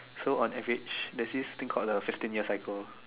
so on average there's this thing called the fifteen years cycle